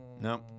No